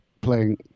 playing